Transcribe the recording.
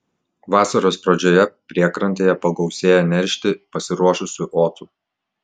vasaros pradžioje priekrantėje pagausėja neršti pasiruošusių otų